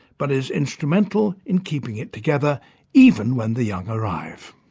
but is instrumental in keeping it together even when the young arrive.